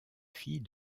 fille